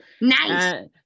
Nice